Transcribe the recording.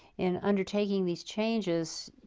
in undertaking these changes,